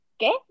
Okay